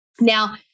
Now